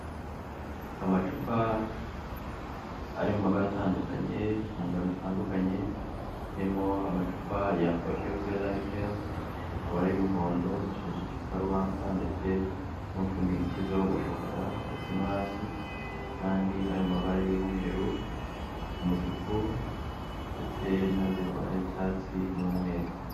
Amacupa ari mu mabara atandukanye mu ngano zitandukanye harimo amacupa ya oliyo vera jeri, amabara y'umuhondo ashushanyijeho igikarubamba ndetse n'umupfundikizo wa shokora ndetse no hasi n'andi ari mu mabara y'umweru, umutuku ndetse n'andi ari mu mabara y'icyatsi n'umweru.